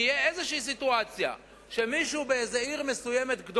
אם תהיה איזו סיטואציה שמישהו באיזו עיר גדולה מסוימת,